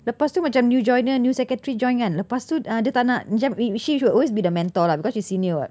lepas tu macam new joiner new secretary join kan lepas tu dia tak nak uh macam she she will be the mentor lah because she senior [what]